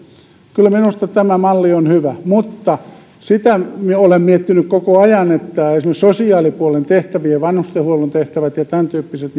kyllä minusta tämä malli on hyvä mutta sitä olen miettinyt koko ajan että onko esimerkiksi sosiaalipuolen tehtävät ja vanhustenhuollon tehtävät ja tämäntyyppiset